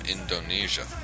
Indonesia